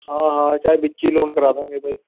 ਹਾਂ ਚਾਹੇ ਵਿੱਚ ਹੀ ਲੋਨ ਕਰਾ ਦਾਂਗੇ ਬਾਈ